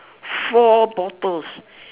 four bottles